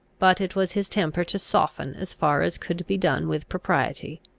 but it was his temper to soften, as far as could be done with propriety,